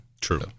True